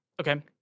Okay